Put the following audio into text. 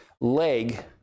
leg